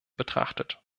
betrachtet